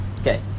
Okay